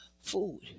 food